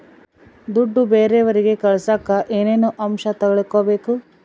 ದುಡ್ಡು ಬೇರೆಯವರಿಗೆ ಕಳಸಾಕ ಏನೇನು ಅಂಶ ತಿಳಕಬೇಕು?